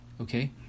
Okay